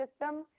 system